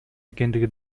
экендиги